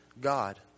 God